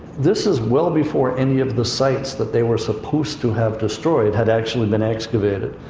this is well before any of the sites that they were supposed to have destroyed had actually been excavated.